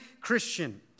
Christian